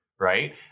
right